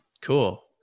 Cool